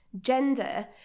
Gender